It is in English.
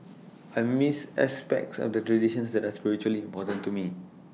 I missed aspects of the traditions that are spiritually important to me